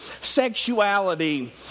sexuality